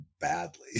badly